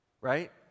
Right